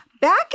Back